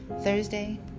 Thursday